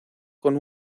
con